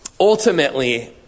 Ultimately